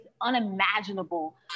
unimaginable